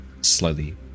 slowly